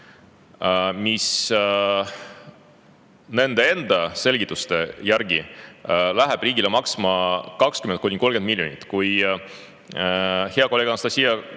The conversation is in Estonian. mis nende enda selgituste järgi läheb riigile maksma 20–30 miljonit. Kui hea kolleeg Anastassia